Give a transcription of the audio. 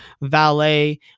valet